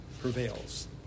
prevails